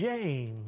James